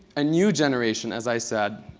a new generation, as i said